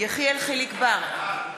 יחיאל חיליק בר,